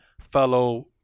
fellow